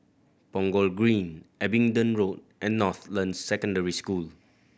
Punggol Green Abingdon Road and Northland Secondary School